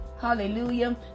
hallelujah